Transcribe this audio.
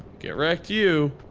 get rekted you.